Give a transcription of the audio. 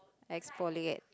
exfoliate